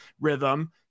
rhythm